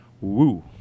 woo